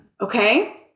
Okay